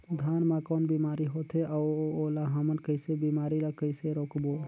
धान मा कौन बीमारी होथे अउ ओला हमन कइसे बीमारी ला कइसे रोकबो?